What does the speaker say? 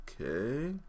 Okay